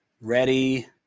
ready